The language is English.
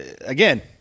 again